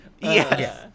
Yes